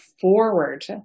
forward